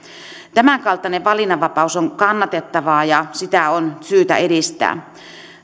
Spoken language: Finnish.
tämänkaltainen valinnanvapaus on kannatettavaa ja sitä on syytä edistää